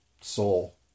soul